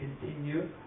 continue